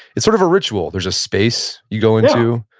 it's sort of a ritual. there's a space you go into.